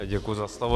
Děkuji za slovo.